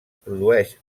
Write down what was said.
produeix